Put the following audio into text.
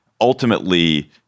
ultimately